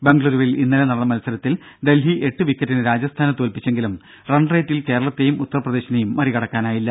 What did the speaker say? ബെംഗളൂരുവിൽ ഇന്നലെ നടന്ന മത്സരത്തിൽ ഡൽഹി എട്ട് വിക്കറ്റിന് രാജസ്ഥാനെ തോൽപ്പിച്ചെങ്കിലും റൺറേറ്റിൽ കേരളത്തേയും ഉത്തർപ്രദേശിനേയും മറികടക്കാനായില്ല